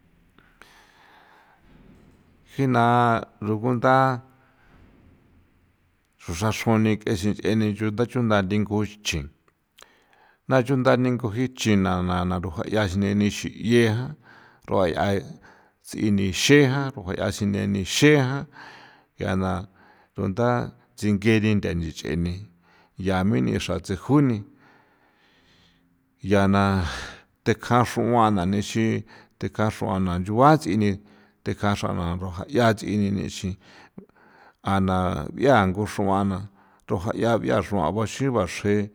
jina rugunda xruxran xroni k'e sinch'e ni chunda thingu chjin na chunda ninguji chi na na xrajuaya sineni xi'ie jan xruaya ts'ini xejan xrajuaya sineni xejan ya na tunda tsingerin nda ntsich'eni ya mina xra satsejuni ya na tekjan xruana nixin tekjan xruana nchuba ts'ini tekjan xrana rajuaya ts'ini nixi a na b'ia nguxruana xrojaya b'ia xruan baxi baxe